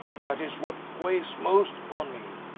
that is what weighs most upon me.